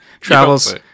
travels